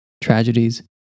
tragedies